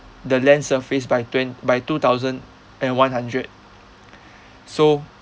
the land surface by twent~ by two thousand and one hundred so